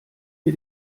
wir